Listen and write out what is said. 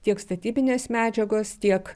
tiek statybinės medžiagos tiek